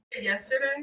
yesterday